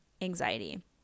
anxiety